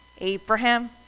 Abraham